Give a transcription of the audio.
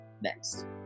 next